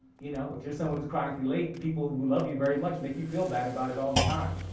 you know? if you're someone who's chronically late, people who love you very much make you feel bad about it all the time.